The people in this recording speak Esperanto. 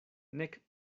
nek